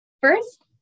First